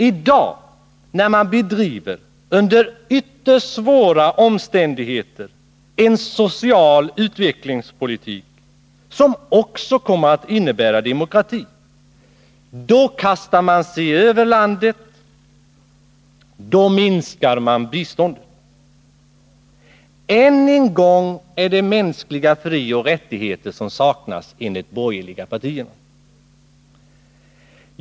I dag, när den nya regimen bedriver en under ytterst svåra omständigheter social utvecklingspolitik, som också kommer att innebära demokrati, då kastar man sig över landet, då minskar man biståndet. Än en gång är det mänskliga frioch rättigheter som saknas enligt de borgerliga partierna.